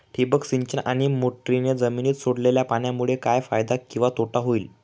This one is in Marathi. ठिबक सिंचन आणि मोटरीने जमिनीत सोडलेल्या पाण्यामुळे काय फायदा किंवा तोटा होईल?